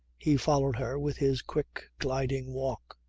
he followed her with his quick gliding walk.